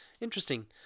interesting